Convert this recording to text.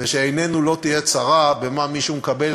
ושעיננו לא תהיה צרה במה מישהו מקבל,